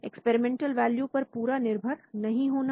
experimental value पर पूरा निर्भर नहीं होना